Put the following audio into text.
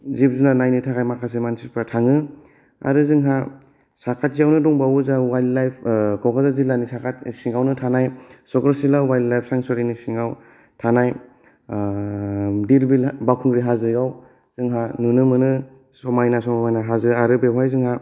जिब जुनार नायनो थाखाय माखासे मानसिफोरा थाङो आरो जोंहा साखाथियावनो दंबावो जोंहा वाइल लाइप क'क्राझार जिल्लानि साखाथि सिङावनो थानाय सक्रसिला वाइल लाइप सांसुरिनि सिंयाव थानाय देरबिल बावखुंग्रि हाजोयाव जोंहा नुनो मोनो समायना समायना हाजो आरो बेहाय जोंहा